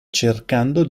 cercando